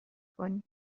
کنیم